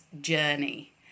journey